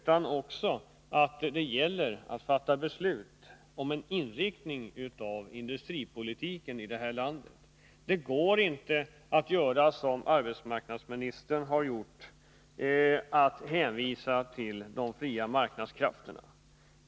Den gäller även att beslut fattas om inriktningen av industripolitiken i det här landet. Det går nämligen inte — som arbetsmarknadsministern har gjort — att hänvisa till de fria marknadskrafterna.